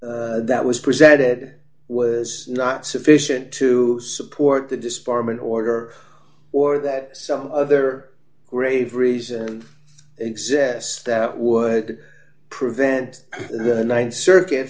that was presented was not sufficient to support the disbarment order or that some other grave reason exists that would prevent the th circuit